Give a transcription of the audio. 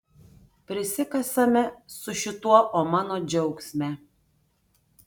prisikasame su šituo o mano džiaugsme